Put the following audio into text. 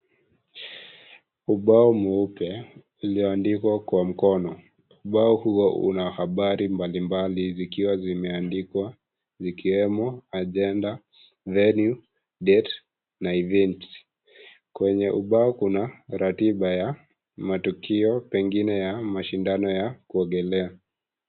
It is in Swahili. Ubao mweupe ulioandikwa kwa mkono, ubao huo una habari mbalimbali zikiwa zimeandikwa zikiwemo agenda, venue ,date na event. Kwenye ubao kuna ratiba ya matukio pengine ya mashindano ya kuogelea.